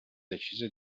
deciso